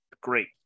Great